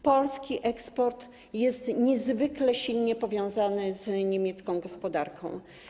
Polski eksport jest niezwykle silnie powiązany z niemiecką gospodarką.